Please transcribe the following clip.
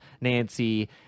Nancy